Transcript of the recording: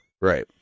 Right